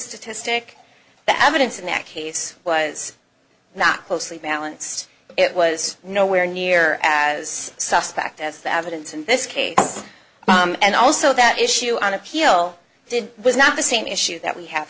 statistic that evidence in that case was not closely balanced it was nowhere near as suspect as the evidence in this case and also that issue on appeal did was not the same issue that we have